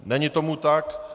Není tomu tak.